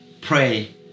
pray